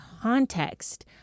context